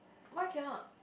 why cannot